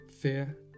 fear